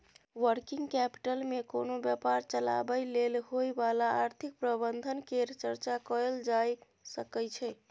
working capital मे कोनो व्यापार चलाबय लेल होइ बला आर्थिक प्रबंधन केर चर्चा कएल जाए सकइ छै